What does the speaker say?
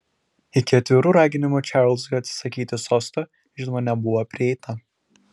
iki atvirų raginimų čarlzui atsisakyti sosto žinoma nebuvo prieita